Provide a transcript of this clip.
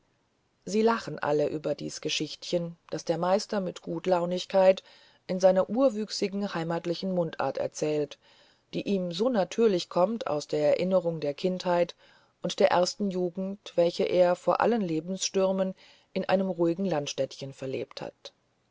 sie lachen alle über dies geschichtchen das der meister mit gutlaunigkeit in seiner urwüchsigen heimatlichen mundart erzählt die ihm so natürlich kommt aus der erinnerung der kindheit und der ersten jugend welche er vor allen lebensstürmen in einem ruhigen landstädtchen verlebt hatte